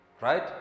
Right